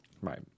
Right